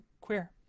queer